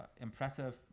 impressive